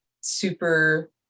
super